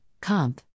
Comp